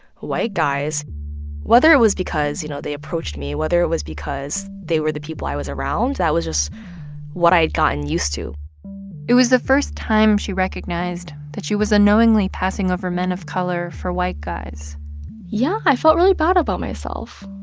white guys whether it was because, you know, they approached me, whether it was because they were the people i was around, that was just what i had gotten used to it was the first time she recognized that she was unknowingly passing over men of color for white guys l yeah, i felt really bad about myself.